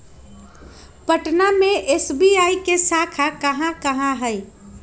पटना में एस.बी.आई के शाखा कहाँ कहाँ हई